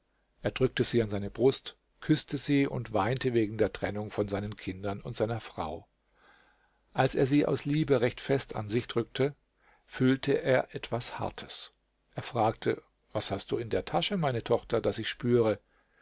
er drückte sie an seine brust küßte sie und weinte wegen der trennung von seinen kindern und seiner frau als er sie aus liebe recht fest an sich drückte fühlte er etwas hartes er fragte was hast du in der tasche meine tochter das ich spüre